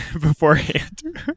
beforehand